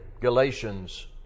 Galatians